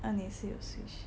啊你也是有 switch